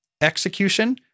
execution